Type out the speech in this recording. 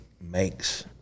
makes